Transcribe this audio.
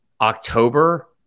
October